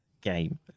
game